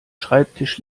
schreibtisch